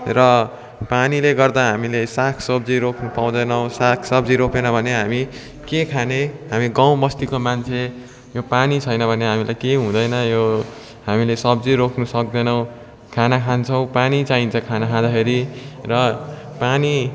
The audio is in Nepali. र पानीले गर्दा हामीले साग सब्जी रोप्नु पाउँदैनौँ साग सब्जी रोपेन भने हामी के खाने हामी गाउँ बस्तीको मान्छे पानी छैन भने हामीलाई केही हुँदैन यो हामीले सब्जी रोप्नु सक्दैनौँ खाना खान्छौँ पानी चाहिन्छ खाना खाँदाखेरि र पानी